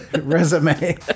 resume